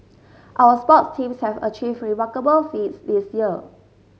our sports teams have achieved remarkable feats this year